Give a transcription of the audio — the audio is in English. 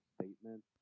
statement